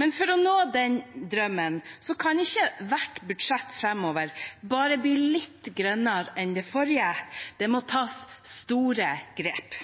Men for å nå den drømmen kan ikke hvert budsjett framover bare bli litt grønnere enn det forrige, det må tas store grep.